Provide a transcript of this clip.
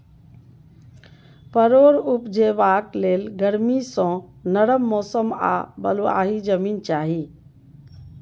परोर उपजेबाक लेल गरमी सँ नरम मौसम आ बलुआही जमीन चाही